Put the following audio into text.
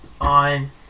on